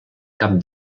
cap